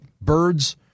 birds